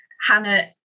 Hannah